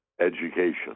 education